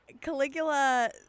Caligula